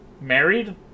married